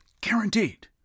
Guaranteed